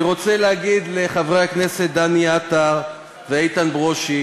אני רוצה להגיד לחברי הכנסת דני עטר ואיתן ברושי